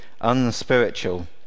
unspiritual